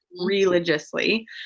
religiously